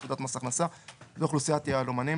לפקודת מס הכנסה," זה אוכלוסיית היהלומנים